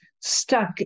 stuck